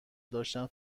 داشتم